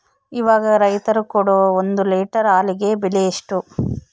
ಇವಾಗ ರೈತರು ಕೊಡೊ ಒಂದು ಲೇಟರ್ ಹಾಲಿಗೆ ಬೆಲೆ ಎಷ್ಟು?